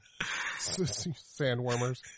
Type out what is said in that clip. Sandwormers